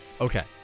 Okay